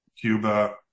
Cuba